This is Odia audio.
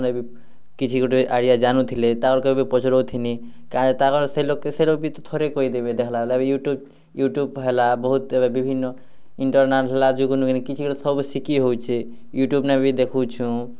ବହୁତ୍ ପ୍ରକାର ଆଇଡ଼ିଆ ମିଳୁଛେ କା ଆଜିକି ନେଇକି କିଛି ଗୋଟେ ଆଇଡ଼ିଆ ଜାଣୁଥିଲେ ତାରାକୁ ପଚାରୁଥିନି ସେ ଲୋକ ବି ସେ ଥରେ କହିଦେବେ ହେଲା ୟୁଟ୍ୟୁବ୍ ୟୁଟ୍ୟୁବ୍ ହେଲା ବିଭିନ୍ନ ଇଣ୍ଟରନାଲ୍ କିଛି ଗୋଟେ ଶିଖି ହେଉଛେ ୟୁଟ୍ୟୁବ୍ ନେ ବି ଦେଖୁଛୁଁ